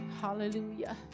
Hallelujah